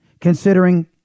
considering